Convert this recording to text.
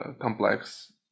complex